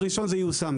ב- 1 זה ייושם,